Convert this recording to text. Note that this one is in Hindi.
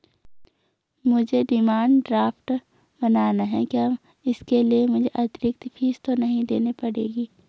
मुझे डिमांड ड्राफ्ट बनाना है क्या इसके लिए मुझे अतिरिक्त फीस तो नहीं देनी पड़ेगी?